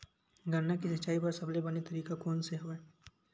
गन्ना के सिंचाई बर सबले बने तरीका कोन से हवय?